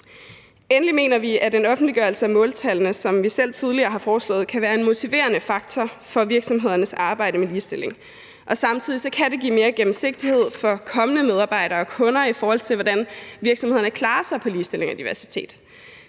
Endelig mener vi, at en offentliggørelse af måltallene, som vi selv tidligere har foreslået, kan være en motiverende faktor for virksomhedernes arbejde med ligestilling, og samtidig kan det give mere gennemsigtighed for kommende medarbejdere og kunder, i forhold til hvordan virksomhederne klarer sig på ligestilling og diversitet.